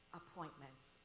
appointments